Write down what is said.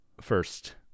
first